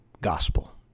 gospel